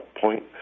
point